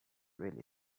really